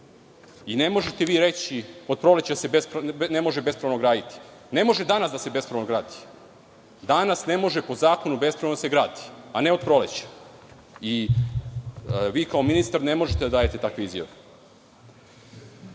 i ne možete reći – od proleća se ne može bespravno graditi. Ne može danas da se bespravno gradi. Danas po zakonu ne može bespravno da se gradi, a ne od proleća. Vi kao ministar ne možete da dajete takve izjave.